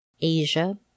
Asia